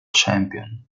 champion